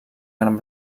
gran